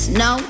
no